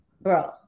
Bro